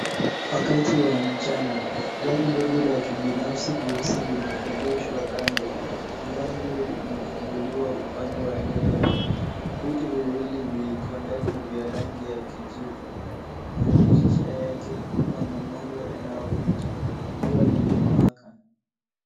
Wakati wa mchana, gari dogo la kibinafsi jeusi limeegeshwa kando. Mlango umefunguliwa upande wa dereva. Viti viwili viko ndani vya rangi ya kijivu. Madirisha yake yana mwanga unaopita. Jua limewaka.